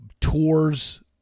tours